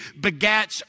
begats